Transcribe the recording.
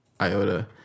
IOTA